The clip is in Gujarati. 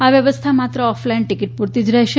આ વ્યવસ્થા માત્ર ઓફલાઈન ટીકીટ પૂરતી જ રહેશે